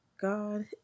God